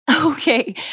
Okay